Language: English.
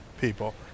people